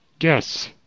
Yes